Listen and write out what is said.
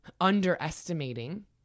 underestimating